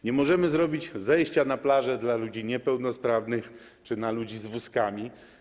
Nie możemy zrobić zejścia na plażę dla ludzi niepełnosprawnych czy na ludzi z wózkami.